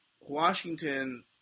Washington